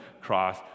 cross